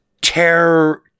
terror